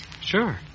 Sure